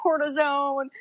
cortisone